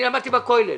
אני למדתי בכולל.